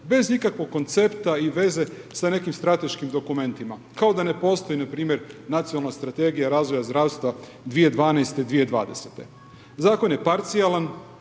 bez ikakvog koncepta i veze s nekim strateškim dokumentima. Kao da ne postoji npr. nacionalna strategija razvoja zdravstva 2012/2020. Zakon je parcijalan,